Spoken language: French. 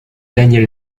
daniel